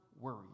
worried